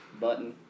button